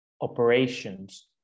operations